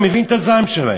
אני מבין את הזעם שלהם,